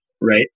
right